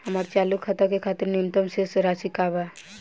हमार चालू खाता के खातिर न्यूनतम शेष राशि का बा?